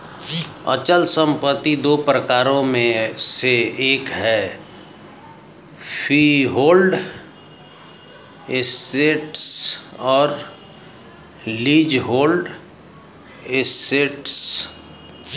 अचल संपत्ति दो प्रकारों में से एक है फ्रीहोल्ड एसेट्स और लीजहोल्ड एसेट्स